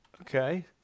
Okay